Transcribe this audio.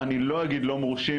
אני לא אגיד לא מורשים,